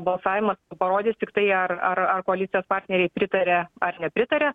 balsavimas parodys tiktai ar ar ar koalicijos partneriai pritaria ar nepritaria